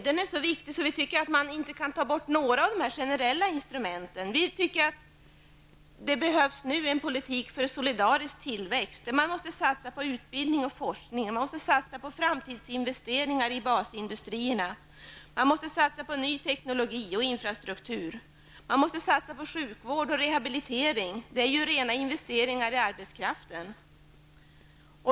Den är så viktig att vi tycker att man inte kan ta bort några av de generella instrumenten. Vi tycker att det nu behövs en politik för solidarisk tillväxt. Man måste satsa på utbildning och forskning. Man måste satsa på framtidsinvesteringar i basindustrierna. Man måste satsa på ny teknologi och infrastruktur. Man måste satsa påsjukvård och rehabilitering -- det är ju rena investeringar i arbetskraften.